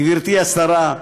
גברתי השרה,